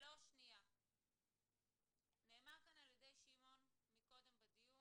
נאמר כאן על ידי שמעון מקודם בדיון,